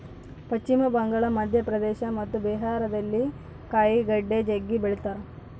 ಪಶ್ಚಿಮ ಬಂಗಾಳ, ಮಧ್ಯಪ್ರದೇಶ ಮತ್ತು ಬಿಹಾರದಲ್ಲಿ ಕಾಯಿಗಡ್ಡೆ ಜಗ್ಗಿ ಬೆಳಿತಾರ